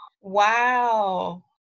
Wow